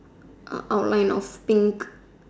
er outline of think